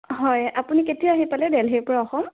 হয় আপুনি কেতিয়া আহি পালে দেলহিৰ পৰা অসম